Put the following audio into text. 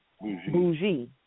bougie